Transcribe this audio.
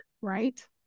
Right